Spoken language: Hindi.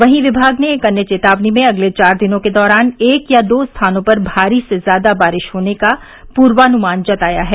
वहीं विभाग ने एक अन्य चेतावनी में अगले चार दिनों के दौरान एक या दो स्थानों पर भारी से ज्यादा बारिश होने का पूर्वानुमान जताया है